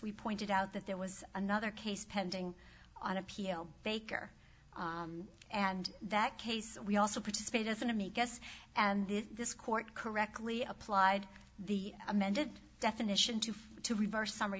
we pointed out that there was another case pending on appeal baker and that case we also participate as an amicus and this court correctly applied the amended definition to to reverse summary